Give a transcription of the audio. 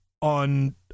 on